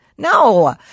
No